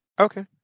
Okay